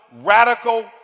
radical